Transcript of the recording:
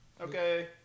Okay